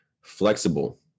flexible